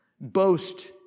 boast